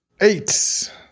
Eight